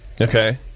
okay